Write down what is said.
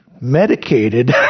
medicated